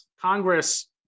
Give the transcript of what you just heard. Congress